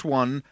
one